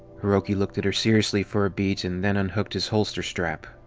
hiroki looked at her seriously for a beat and then unhooked his holster strap.